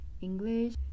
English